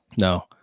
no